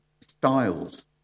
styles